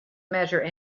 measure